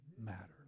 matter